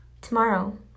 tomorrow